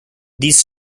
these